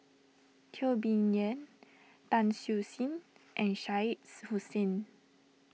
Teo Bee Yen Tan Siew Sin and Shah Hussain